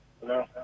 Hello